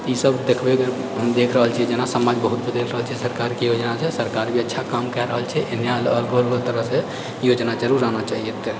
ई सब देखबैमे हम देख रहल छियै जेना समाज बहुत बदलि रहल छै सरकारके योजनासऽ सरकार भी अच्छा काम कए रहल छै एहने आरो आरो तरह से योजना जरूर आना चाहियै